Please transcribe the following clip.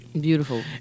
Beautiful